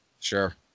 sure